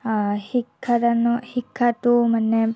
শিক্ষাদানৰ শিক্ষাটো মানে